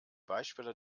beispiele